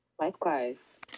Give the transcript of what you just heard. likewise